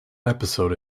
episode